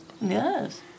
Yes